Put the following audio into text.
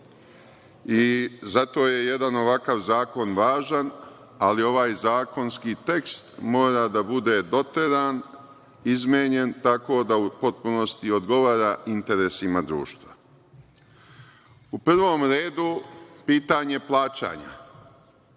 je jedan ovakav zakon važan, ali zakonski tekst mora da bude doteran, izmenjen, tako da u potpunosti odgovara interesima društva. U prvom redu – pitanje plaćanja.